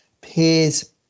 peers